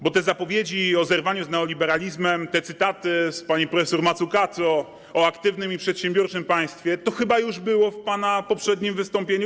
Bo te zapowiedzi o zerwaniu z neoliberalizmem, te cytaty z pani prof. Mazzucato o aktywnym i przedsiębiorczym państwie - to chyba już było w pana poprzednim wystąpieniu.